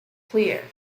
clear